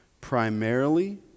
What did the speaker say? primarily